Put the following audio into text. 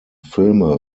filme